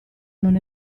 non